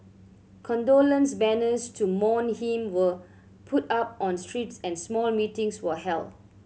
condolence banners to mourn him were put up on streets and small meetings were held